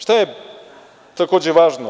Šta je takođe važno?